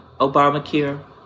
Obamacare